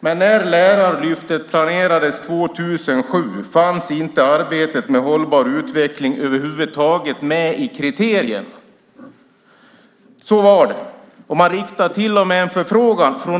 Men när Lärarlyftet planerades 2007 fanns inte arbetet med hållbar utveckling över huvud taget med i kriterierna.